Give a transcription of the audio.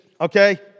okay